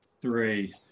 Three